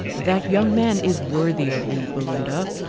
that young man is worthy of you, belinda.